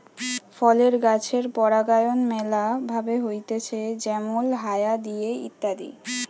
ফলের গাছের পরাগায়ন ম্যালা ভাবে হতিছে যেমল হায়া দিয়ে ইত্যাদি